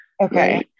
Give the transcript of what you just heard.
Okay